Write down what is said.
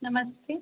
नमस्ते